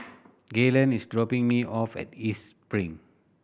Gaylen is dropping me off at East Spring